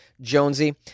Jonesy